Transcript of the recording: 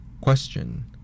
Question